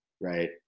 right